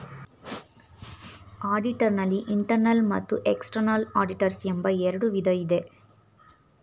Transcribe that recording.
auditor ನಲ್ಲಿ internal ಮತ್ತು external auditors ಎಂಬ ಎರಡು ವಿಧ ಇದೆ